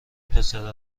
پسره